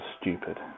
stupid